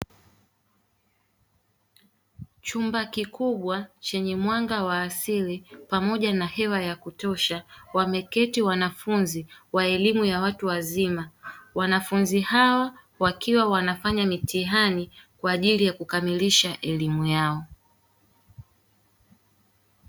Chumba kikubwa chenye mwanga wa asili pamoja na hewa ya kutosha wameketi wanafunzi wa elimu ye watu wazima. Wanafunzi hawa wakiwa wanafanya mitihani kwa ajili ya kukamilisha elimu yao.